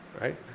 right